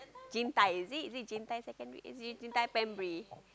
Jim-Tye is it is it Jim-Tye-Secondary is it Jim-Tye-primary